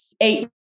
eight